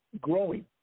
growing